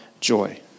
joy